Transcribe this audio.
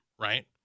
right